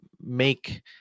make